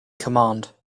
command